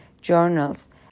journals